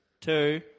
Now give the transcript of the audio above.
two